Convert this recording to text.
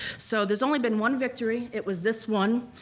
so there's only been one victory, it was this one.